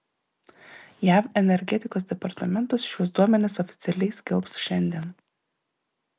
jav energetikos departamentas šiuos duomenis oficialiai skelbs šiandien